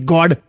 God